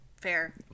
Fair